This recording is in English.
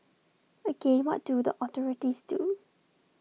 again what do the authorities do